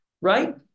Right